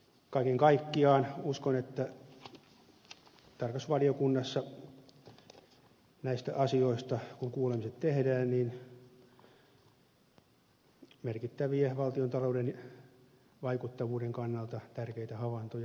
kaiken kaikkiaan uskon että tarkastusvaliokunnassa näistä asioista kun kuulemiset tehdään merkittäviä valtiontalouden vaikuttavuuden kannalta tärkeitä havaintoja nousee esiin